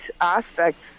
aspects